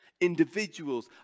individuals